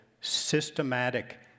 systematic